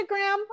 Instagram